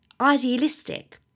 idealistic